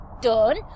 done